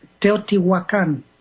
Teotihuacan